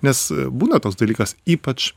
nes būna toks dalykas ypač